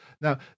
Now